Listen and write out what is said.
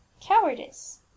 cowardice